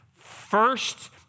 first